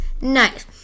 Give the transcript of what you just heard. Nice